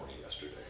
yesterday